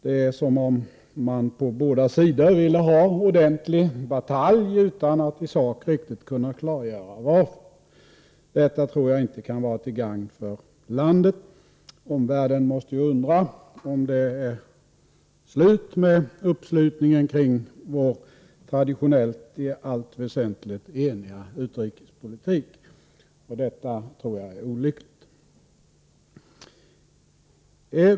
Det är som om man på båda sidor ville ha ordentlig batalj utan att i sak riktigt kunna klargöra varför. Detta tror jaginte kan vara till gagn för landet. Omvärlden måste ju undra om det är slut med uppslutningen kring vår av tradition i allt väsentligt eniga utrikespolitik. Detta tror jag är olyckligt.